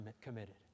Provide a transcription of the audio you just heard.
committed